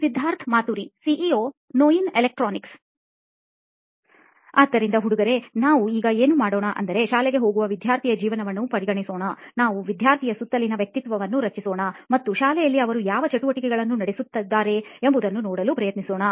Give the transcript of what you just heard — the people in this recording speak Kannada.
ಸಿದ್ಧಾರ್ಥ್ ಮಾತುರಿ ಸಿಇಒ ನೋಯಿನ್ ಎಲೆಕ್ಟ್ರಾನಿಕ್ಸ್ ಆದ್ದರಿಂದ ಹುಡುಗರೇ ನಾವು ಈಗ ಏನು ಮಾಡೋಣ ಅಂದರೆ ಶಾಲೆಗೆ ಹೋಗುವ ವಿದ್ಯಾರ್ಥಿಯ ಜೀವನವನ್ನು ಪರಿಗಣಿಸೋಣ ನಾವು ವಿದ್ಯಾರ್ಥಿಯ ಸುತ್ತಲಿನ ವ್ಯಕ್ತಿತ್ವವನ್ನು ರಚಿಸೋಣ ಮತ್ತು ಶಾಲೆಯಲ್ಲಿ ಅವರು ಯಾವ ಚಟುವಟಿಕೆಗಳನ್ನು ನಡೆಸುತ್ತಿದ್ದಾರೆ ಎಂಬುದನ್ನು ನೋಡಲು ಪ್ರಯತ್ನಿಸೋಣ